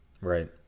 right